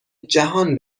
جهان